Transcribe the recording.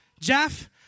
Jeff